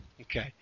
Okay